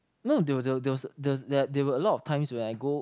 you know there was there was there were a lot of times when I go